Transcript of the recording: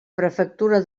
prefectura